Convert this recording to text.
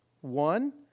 One